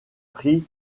pris